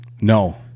no